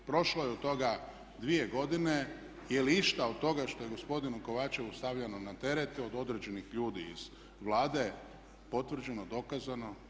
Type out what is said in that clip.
Prošlo je od toga 2 godine, je li išta od toga što je gospodinu Kovačevu stavljeno na teret od određenih ljudi iz Vlade potvrđeno, dokazano?